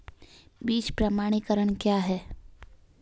बीज प्रमाणीकरण क्या है?